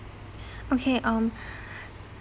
okay um